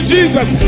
Jesus